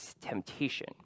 temptation